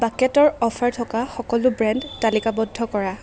বাকেটৰ offer থকা সকলো brand তালিকাবদ্ধ কৰা